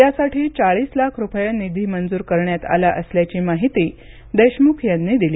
यासाठी चाळीस लाख रुपये निधी मंजूर करण्यात आला असल्याची माहिती देशमुख यांनी दिली